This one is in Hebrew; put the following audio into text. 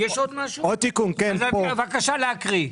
בבקשה להקריא.